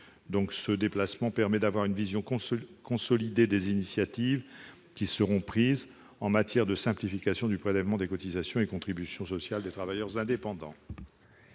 Ce déplacement permet d'avoir une vision consolidée des initiatives qui seront prises en matière de simplification du prélèvement des cotisations et contributions sociales des travailleurs indépendants.